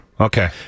Okay